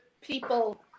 people